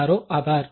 તમારો આભાર